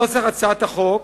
הצעת החוק